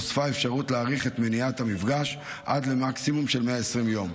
נוספה אפשרות להאריך את מניעת המפגש עד למקסימום של 120 יום,